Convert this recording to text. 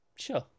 sure